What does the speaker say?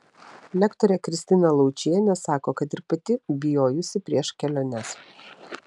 lektorė kristina laučienė sako kad ir pati bijojusi prieš keliones